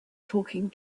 talking